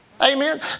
Amen